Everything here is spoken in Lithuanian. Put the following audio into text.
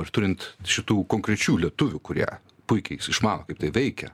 ir turint šitų konkrečių lietuvių kurie puikiai išmano kaip tai veikia